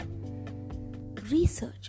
Research